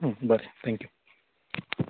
बरें थॅक्यू